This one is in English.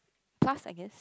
plus I guess